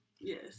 Yes